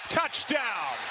touchdown